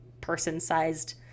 person-sized